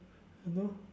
I don't know